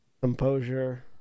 Composure